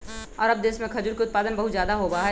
अरब देश में खजूर के उत्पादन बहुत ज्यादा होबा हई